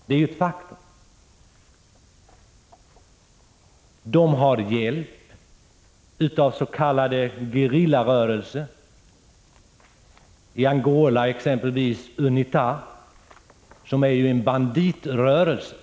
Detta är ett faktum. De har hjälp av s.k. gerillarörelser. I Angola har man UNITA, som är en banditrörelse.